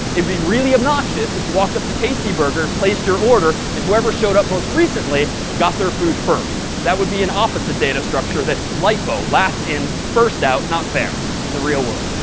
it'd be really obnoxious if you walked up to tasty burger, placed your order, and whoever showed up most recently got their food first. that would be an opposite data structure. that's lifo. last in, first out. not fair in the real world.